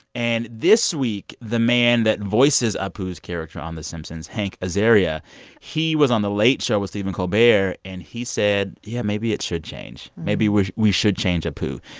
and this week, the man that voices apu's character on the simpsons, hank azaria he was on the late show with stephen colbert. and he said, yeah, maybe it should change. maybe we we should change apu.